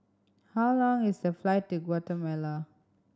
how long is the flight to Guatemala